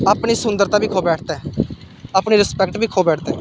अपनी सुदरंता बी खो बैठता ऐ अपनी रिस्पेक्ट बी खो बैठता ऐ